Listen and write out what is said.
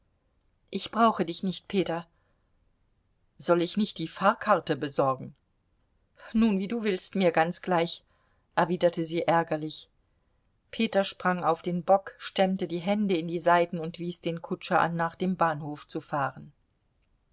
ich brauche dich nicht peter soll ich nicht die fahrkarte besorgen nun wie du willst mir ganz gleich erwiderte sie ärgerlich peter sprang auf den bock stemmte die hände in die seiten und wies den kutscher an nach dem bahnhof zu fahren